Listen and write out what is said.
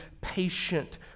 patient